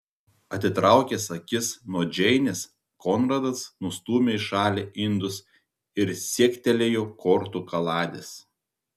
atitraukęs akis nuo džeinės konradas nustūmė į šalį indus ir siektelėjo kortų kaladės